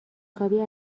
خوابی